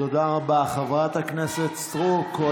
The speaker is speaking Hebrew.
תודה רבה, חברת הכנסת סטרוק.